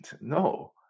No